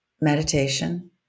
meditation